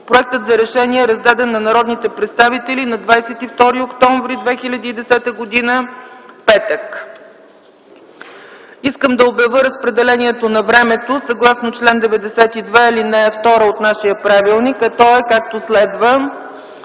Проектът за решение е раздаден на народните представители на 22 октомври 2010 г., петък. Искам да обявя разпределението на времето, съгласно чл. 92, ал. 2 от нашия правилник, а то е, както следва: